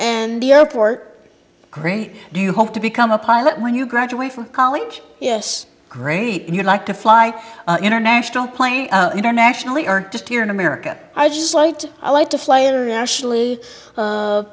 and the airport great do you hope to become a pilot when you graduate from college yes great you like to fly international plane internationally aren't just here in america i just like to i like to fly internationally